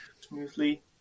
smoothly